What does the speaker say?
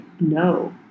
no